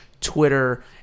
twitter